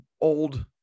old